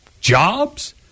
jobs